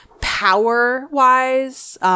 Power-wise